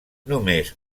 només